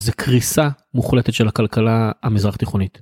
זה קריסה מוחלטת של הכלכלה המזרח תיכונית.